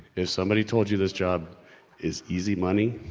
if somebody told you this job is easy money.